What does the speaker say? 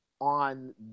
on